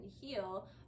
heal